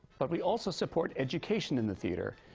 but we also support education in the theater.